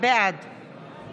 בעד